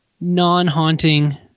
non-haunting